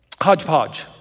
hodgepodge